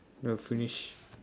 we're finished